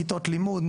כיתות לימוד,